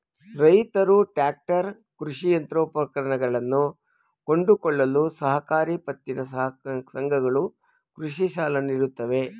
ರೈತ್ರು ಟ್ರ್ಯಾಕ್ಟರ್, ಕೃಷಿ ಯಂತ್ರೋಪಕರಣಗಳನ್ನು ಕೊಂಡುಕೊಳ್ಳಲು ಸಹಕಾರಿ ಪತ್ತಿನ ಸಂಘಗಳು ಕೃಷಿ ಸಾಲ ನೀಡುತ್ತವೆ